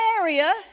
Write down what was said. area